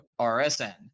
rsn